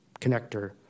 connector